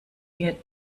wir